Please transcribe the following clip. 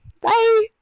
Bye